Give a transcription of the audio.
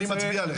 אני מצדיע לך.